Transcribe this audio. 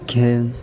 کھیل